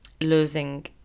losing